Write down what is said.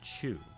chew